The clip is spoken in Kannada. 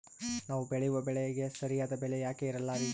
ನಾವು ಬೆಳೆಯುವ ಬೆಳೆಗೆ ಸರಿಯಾದ ಬೆಲೆ ಯಾಕೆ ಇರಲ್ಲಾರಿ?